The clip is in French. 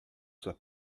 soit